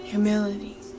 Humility